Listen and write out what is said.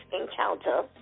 encounter